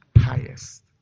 highest